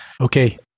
Okay